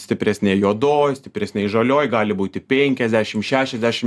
stipresnėj juodoj stipresnėj žalioj gali būti penkiasdešim šešiasdešim